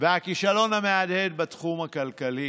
והכישלון המהדהד בתחום הכלכלי,